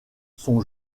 sont